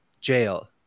jail